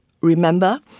Remember